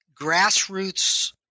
grassroots